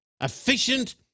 efficient